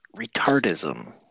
retardism